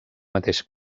mateix